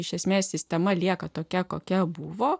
iš esmės sistema lieka tokia kokia buvo